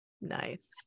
Nice